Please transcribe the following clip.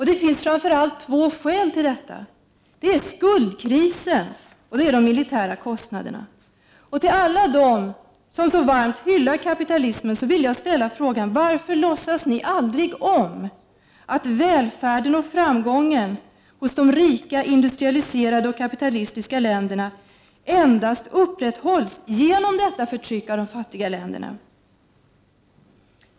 Det finns framför allt två skäl till detta: skuldkrisen och de militära kostnaderna. Till alla dem som så varmt hyllar kapitalismen vill jag ställa frågan: Varför låtsas ni aldrig om att välfärden och framgången hos de rika industrialiserade och kapitalistiska länderna upprätthålls endast genom detta förtryck av de fattiga länderna?